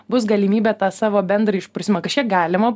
bus galimybė tą savo bendrą išprusimą kažkiek galima